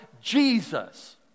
Jesus